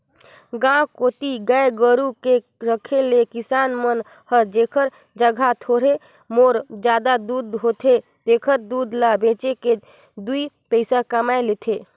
गांव कोती गाय गोरु के रखे ले किसान मन हर जेखर जघा थोर मोर जादा दूद होथे तेहर दूद ल बेच के दुइ पइसा कमाए लेथे